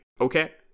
okay